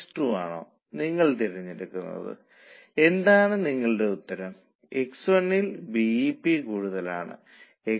125 കുറയ്ക്കുക അതായത് നിങ്ങളുടെ വേരിയബിൾ ചെലവ് 15